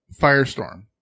firestorm